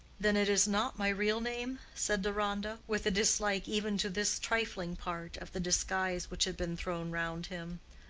then it is not my real name? said deronda, with a dislike even to this trifling part of the disguise which had been thrown round him.